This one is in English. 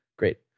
Great